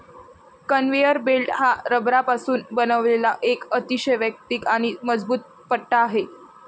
conveyor belt हा रबरापासून बनवलेला एक अतिशय वैयक्तिक आणि मजबूत पट्टा आहे